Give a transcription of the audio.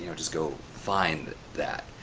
just go find that.